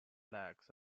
legs